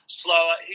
slower